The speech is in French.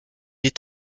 est